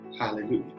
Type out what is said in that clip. Hallelujah